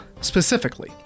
Specifically